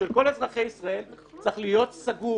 של כל אזרחי ישראל, צריך להיות סגור